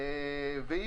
והיא